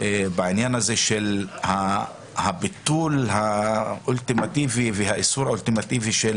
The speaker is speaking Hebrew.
בעניין הזה של הביטול האולטימטיבי והאיסור האולטימטיבי של